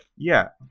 yeah.